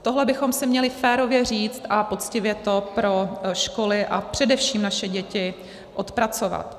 Tohle bychom si měli férově říct a poctivě to pro školy a především naše děti odpracovat.